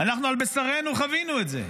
אנחנו על בשרנו חווינו את זה,